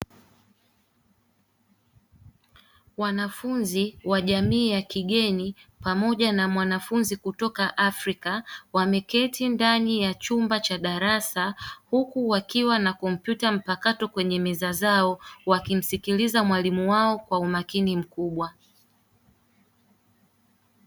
Wanafunzi wa jamii ya kigeni pamoja na mwanafunzi kutoka Afrika wameketi ndani ya chumba cha darasa huku wakiwa na kompyuta mpakato kwenye meza zao, wakimsikiliza mwalimu wao kwa umakini mkubwa.